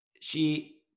she-